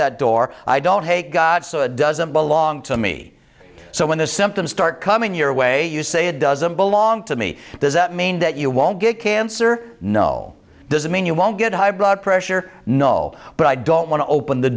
that door i don't hate god doesn't belong to me so when the symptoms start coming your way you say it doesn't belong to me does that mean that you won't get cancer no does it mean you won't get high blood pressure no but i don't want to open the